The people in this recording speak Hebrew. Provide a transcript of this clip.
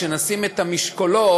כשנשים את המשקולות,